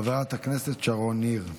חברת הכנסת שרון ניר.